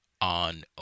on